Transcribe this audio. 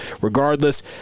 regardless